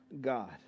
God